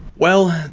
well,